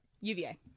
UVA